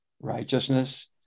righteousness